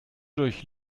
durch